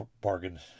bargain